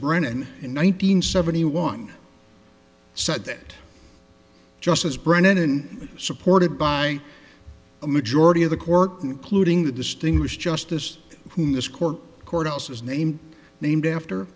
brennan in one thousand seventy one said that justice brennan supported by a majority of the court including the distinguished justice whom this court courthouse was named named after